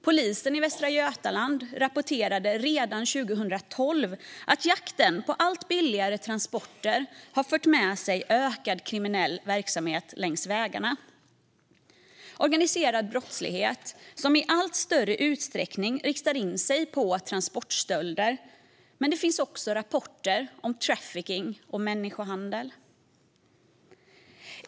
Polisen i Västra Götaland rapporterade redan 2012 att jakten på allt billigare transporter har fört med sig ökad kriminell verksamhet längs vägarna. Det är organiserad brottslighet som i allt större utsträckning riktar in sig på transportstölder, men det finns också rapporter om trafficking och människohandel.